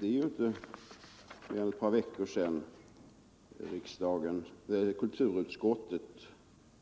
Det är inte mer än ett par veckor sedan som kulturutskottet